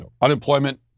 unemployment